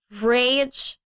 rage